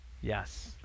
yes